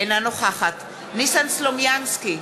אינה נוכחת ניסן סלומינסקי,